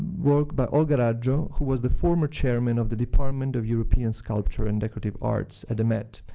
work by olga raggio, who was the former chairman of the department of european sculpture and decorative arts at the met.